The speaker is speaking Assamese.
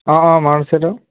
অঁ অঁ মনত আছেতো